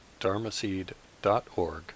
dharmaseed.org